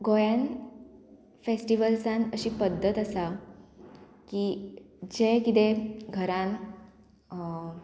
गोंयांत फेस्टिवल्सान अशी पद्दत आसा की जे किदें घरान